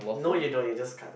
no you don't you just cut it